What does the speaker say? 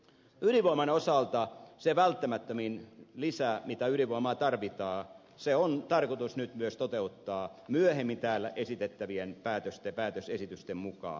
ydinvoiman osalta se välttämättömin lisä mitä ydinvoimaa tarvitaan on tarkoitus nyt myös toteuttaa myöhemmin täällä esitettävien päätösesitysten mukaan